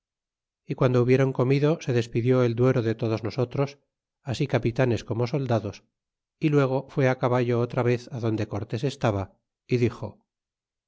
y guando hubiéron comido se despidió el duero de todos nosotros así capitanes como soldados y luego fué á caballo otra vez adonde cortés estaba y dixo